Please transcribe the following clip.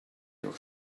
your